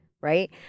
Right